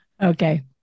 Okay